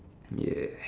okay